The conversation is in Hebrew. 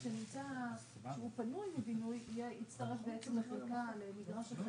זה בגדול הנוסח שאנחנו הולכים אליו לקראת קריאה ראשונה.